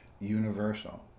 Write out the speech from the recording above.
universal